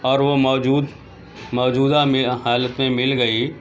اور وہ موجود موجودہ حالت میں مل گئی